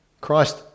Christ